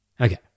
Okay